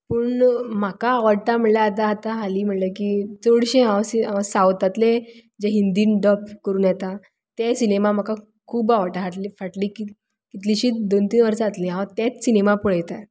पूण म्हाका आवडटा म्हणल्यार आतां आतां हाली म्हणल्यार की चडशें हांव सावथातलें जे हिंदीन डब करून येता ते सिनेमा म्हाका खूब आवडटा हाटले फाटली कितलींशींच वर्सां दोन तीन वर्सां जातलीं हांव तेच सिनेमा पळयतां